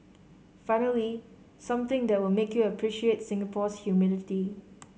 finally something that will make you appreciate Singapore's humidity